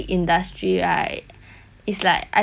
it's like I feel like 不用 worry 的 cause